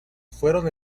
fueron